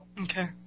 Okay